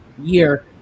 year